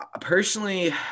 personally